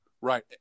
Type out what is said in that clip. Right